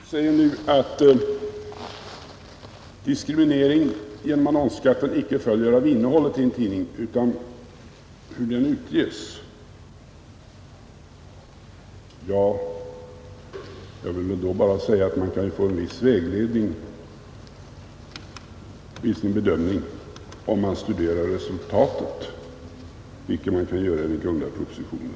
Herr talman! Herr Boo säger nu att diskriminering genom annonsskatten inte följer av innehållet utan av hur tidningen utges. Ja, jag vill då bara säga att man kan få en viss vägledning i sin bedömning om man studerar resultatet av åtgärden, vilket man kan göra i den kungl. propositionen.